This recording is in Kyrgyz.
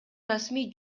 расмий